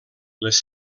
les